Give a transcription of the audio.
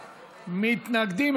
מתנגדים,